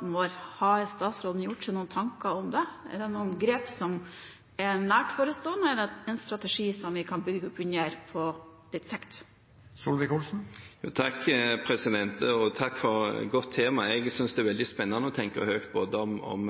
vår – har statsråden gjort seg noen tanker om det? Er det noen grep som er nært forestående? Er det en strategi som vi kan bygge opp under på litt sikt? Takk for et godt tema. Jeg synes det er veldig spennende å tenke høyt både om